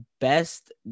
best